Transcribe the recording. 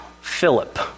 Philip